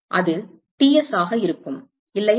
அது Ts ஆக இருக்கும் இல்லையா